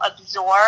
absorb